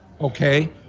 Okay